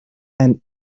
and